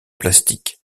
plastique